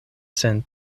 sen